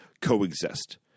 coexist